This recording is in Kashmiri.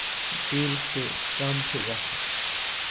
ٹوٗرِسٹہٕ کَم چھِ گژھان